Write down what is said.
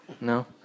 No